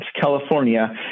California